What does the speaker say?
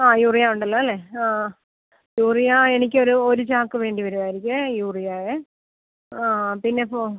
ആ യൂറിയ ഉണ്ടല്ലോ അല്ലേ ആ യൂറിയ എനിക്കൊരു ഒരു ചാക്ക് വേണ്ടി വരുമായിരിക്കുവേ യൂറിയായേ ആ പിന്നെ